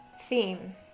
Theme